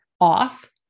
off